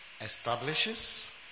Establishes